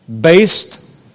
based